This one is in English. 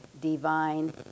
divine